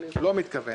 לא מתכוון.